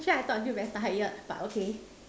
actually I talk until very tired but okay